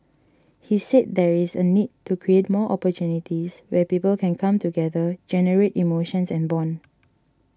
he said there is a need to create more opportunities where people can come together generate emotions and bond